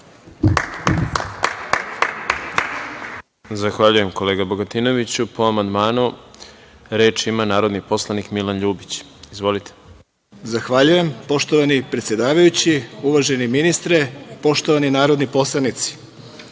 Zahvaljujem, kolega Bogatinoviću. Po amandmanu, reč ima narodni poslanik Milan Ljubić. Izvolite. **Milan Ljubić** Zahvaljujem. Poštovani predsedavajući, uvaženi ministre, poštovani narodni poslanici,